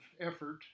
effort